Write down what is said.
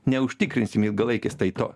neužtikrinsim ilgalaikės taito